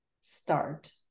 start